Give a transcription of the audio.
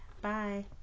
Bye